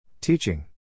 Teaching